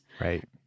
Right